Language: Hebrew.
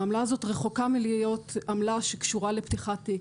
העמלה הזאת רחוקה מלהיות עמלה שקשורה לפתיחת תיק.